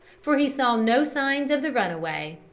for he saw no signs of the runaway,